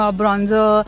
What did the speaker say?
bronzer